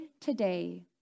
today